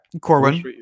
Corwin